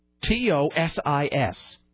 T-O-S-I-S